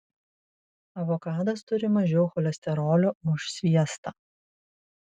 avokadas turi mažiau cholesterolio už sviestą